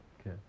okay